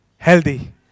healthy